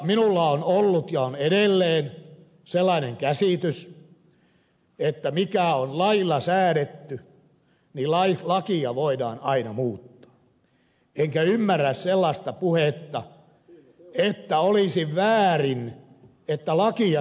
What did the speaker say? minulla on ollut ja on edelleen sellainen käsitys että jos on lailla säädetty niin lakia voidaan aina muuttaa enkä ymmärrä sellaista puhetta että olisi väärin että lakia suomenmaassa muutetaan